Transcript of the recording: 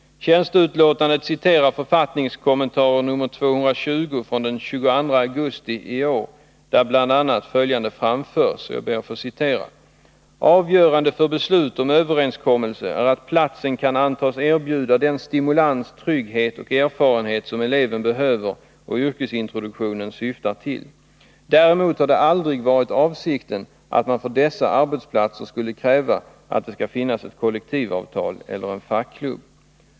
Tjänsteutlåtandet citerar författningskommentar nr 220 av den 22 augusti i år, där bl.a. följande framförs: ” Avgörande för beslut om överenskommelse är att platsen kan antas erbjuda den stimulans, trygghet och erfarenhet som eleven behöver och yrkesintroduktionen syftar till. -—— Däremot har det aldrig varit avsikten att man för dessa arbetsplatser skulle kräva att det skall finnas ett kollektivavtal eller en fackklubb.